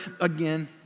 again